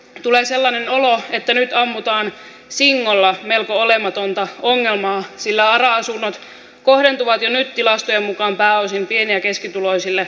tulee sellainen olo että nyt ammutaan singolla melko olematonta ongelmaa sillä ara asunnot kohdentuvat jo nyt tilastojen mukaan pääosin pieni ja keskituloisille